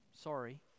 Sorry